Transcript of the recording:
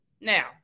Now